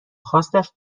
خاصش